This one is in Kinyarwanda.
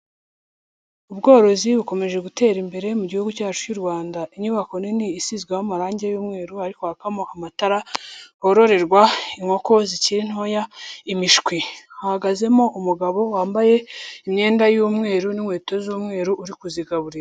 Ubworozi bukomeje gutera imbere mu gihugu cyacu cy'u Rwanda. Inyubako nini isizweho amarange y'umweru hari kwakamo amatara hororerwa inkoko zikiri ntoya imishwi. Hahagazemo umugabo wambaye imyenda y'umweru n'inkweto z'umweru uri kuzigaburira.